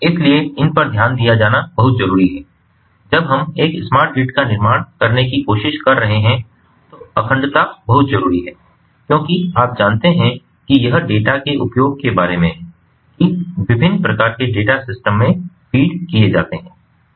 इसलिए इन पर ध्यान दिया जाना बहुत जरूरी है जब हम एक स्मार्ट ग्रिड का निर्माण करने की कोशिश कर रहे हैं तो अखंडता बहुत जरूरी है क्योंकि आप जानते हैं कि यह डेटा के उपयोग के बारे में है कि विभिन्न प्रकार के डेटा सिस्टम में फीड किए जाते हैं